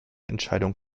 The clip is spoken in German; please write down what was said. entscheidung